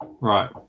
Right